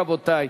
רבותי.